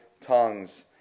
tongues